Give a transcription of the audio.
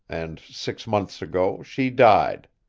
and six months ago she died.